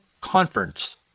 conference